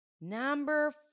number